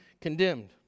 condemned